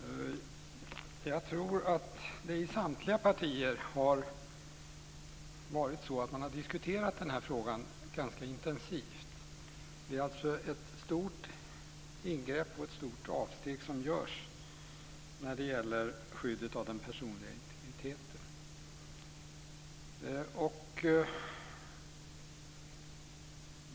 Fru talman! Jag tror att vi i samtliga partier har diskuterat denna fråga ganska intensivt. Det är alltså ett stort ingrepp och ett stort avsteg som görs när det gäller skyddet av den personliga integriteten.